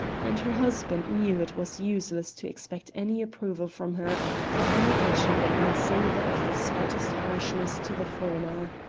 and her husband knew it was useless to expect any approval from her for any action that might savour of the slightest harshness to the foreigner.